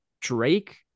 Drake